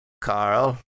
Carl